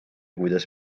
kuidas